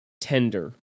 tender